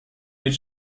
mit